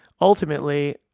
ultimately